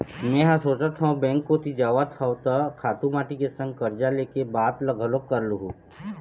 मेंहा सोचत हव बेंक कोती जावत हव त खातू माटी के संग करजा ले के बात ल घलोक कर लुहूँ